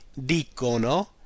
dicono